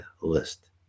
list